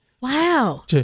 Wow